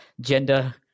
gender